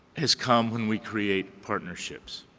has come when we create partnerships.